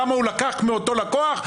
כמה הוא לקח מאותו לקוח,